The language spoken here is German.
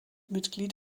mitglied